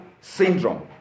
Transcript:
syndrome